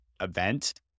event